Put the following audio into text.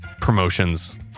promotions